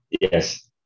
yes